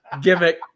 gimmick